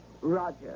Roger